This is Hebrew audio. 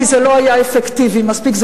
כי זה לא היה אפקטיבי מספיק,